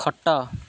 ଖଟ